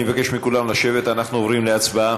אני מבקש מכולכם לשבת, אנחנו עוברים להצבעה.